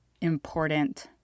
important